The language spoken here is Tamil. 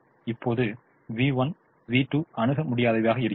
இப்போது v1 v2 அணுக முடியாதவையாக இருக்கிறது